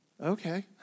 Okay